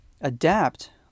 adapt